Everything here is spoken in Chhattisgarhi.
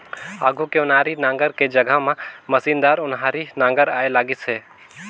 आघु के ओनारी नांगर के जघा म मसीनदार ओन्हारी नागर आए लगिस अहे